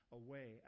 away